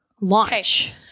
Launch